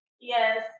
Yes